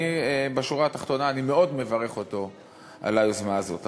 בשורה התחתונה אני מאוד מברך אותו על היוזמה הזאת.